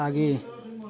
आगे